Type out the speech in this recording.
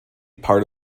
part